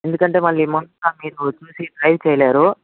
ఎందుకంటే మళ్ళీ చూసి డ్రైవ్ చేయలేరు